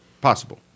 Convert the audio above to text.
Possible